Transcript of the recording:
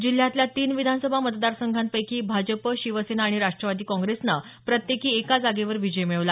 जिल्ह्यातल्या तीन विधानसभा मतदारसंघापैकी भाजप शिवसेना आणि राष्ट्रवादी काँग्रेसनं प्रत्येकी एका जागेवर विजय मिळवला